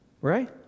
Right